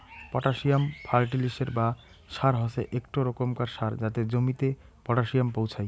potassium ফার্টিলিসের বা সার হসে একটো রোকমকার সার যাতে জমিতে পটাসিয়াম পোঁছাই